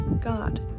God